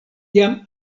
jam